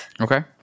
Okay